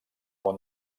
món